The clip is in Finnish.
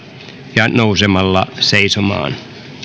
ja nousemalla seisomaan